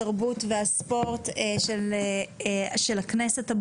התרבות והספורט של הכנסת.